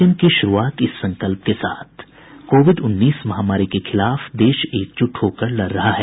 bulletin की शुरूआत से पहले ये संकल्प कोविड उन्नीस महामारी के खिलाफ देश एकजुट होकर लड़ रहा है